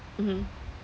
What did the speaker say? mmhmm